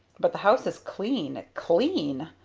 but the house is clean clean!